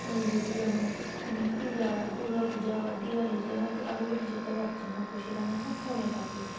যেহেতু যেমন পূজা দুর্গাপূজা বা দীপাবলীতে হয়তো কারো বাড়ি যেতে পারছি না তো সেখানে আপনার ফোনে থাকে